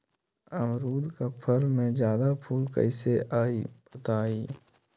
अमरुद क फल म जादा फूल कईसे आई बताई?